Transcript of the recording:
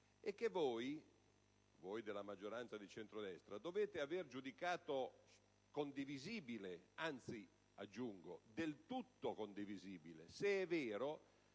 e che voi della maggioranza di centrodestra dovete aver giudicato condivisibile, anzi del tutto condivisibile. Infatti,